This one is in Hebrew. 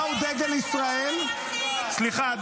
מהו דגל ישראל --- זה הדבר היחיד שהממשלה --- סליחה,